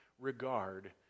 regard